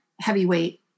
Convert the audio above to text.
heavyweight